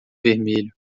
vermelho